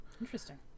interesting